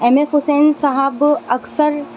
M F Husain Sahab اکثر